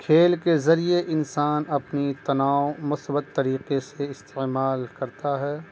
کھیل کے ذریعے انسان اپنی تناؤ مثبت طریقے سے استعمال کرتا ہے